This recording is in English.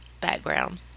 background